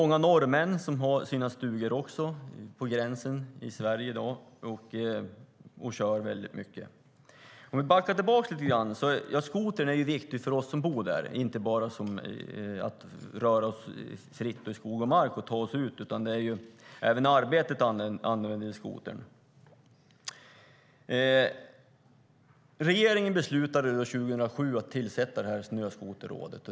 Många norrmän har också sina stugor vid gränsen i Sverige i dag, och de kör också mycket. Skotern är viktig för oss som bor där, inte bara för att vi ska kunna röra oss fritt i skog och mark och ta oss ut, utan även i arbetet använder vi skotern. Regeringen beslutade 2007 att tillsätta Snöskoterrådet.